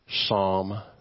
psalm